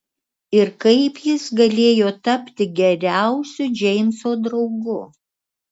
ir kaip jis galėjo tapti geriausiu džeimso draugu